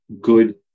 good